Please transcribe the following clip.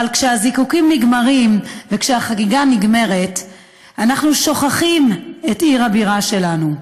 אבל כשהזיקוקים נגמרים וכשהחגיגה נגמרת אנחנו שוכחים את עיר הבירה שלנו.